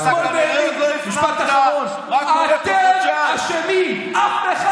אתם אשמים.